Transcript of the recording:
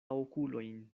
okulojn